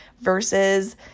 versus